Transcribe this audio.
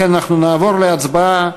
לכן אנחנו נעבור להצבעה.